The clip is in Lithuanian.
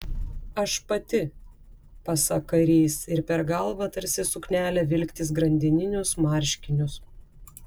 aš pati pasak karys ir per galvą tarsi suknelę vilktis grandininius marškinius